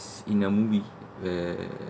in a movie where